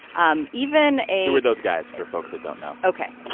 um even a. who are those guys for folks that don't know? ok.